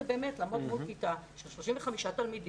באמת לעמוד מול כיתה של 35 תלמידים,